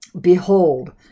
Behold